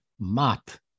mat